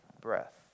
breath